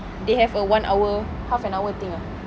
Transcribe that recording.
they have a one hour half an hour thing ah